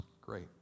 Great